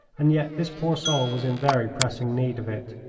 and yet this poor soul was in very pressing need of it,